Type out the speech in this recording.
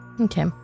Okay